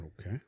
Okay